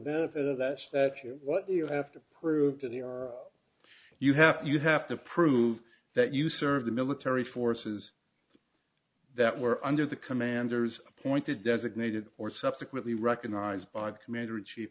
benefit of that is that you what you have to prove to the are you have you have to prove that you served the military forces that were under the commanders appointed designated or subsequently recognized by the commander in chief